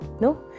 No